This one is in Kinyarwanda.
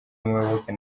muyoboke